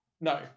No